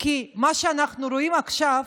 כי מה שאנחנו רואים עכשיו